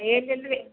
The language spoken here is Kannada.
ಏನಿಲ್ಲ ರೀ